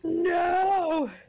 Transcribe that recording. No